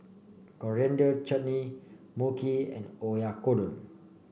Coriander Chutney Mochi and Oyakodon